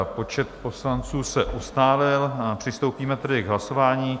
Počet poslanců se ustálil, a přistoupíme tedy k hlasování.